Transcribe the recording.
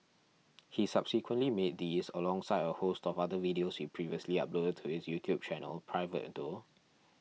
he subsequently made these alongside a host of other videos he previously uploaded to his YouTube channel private though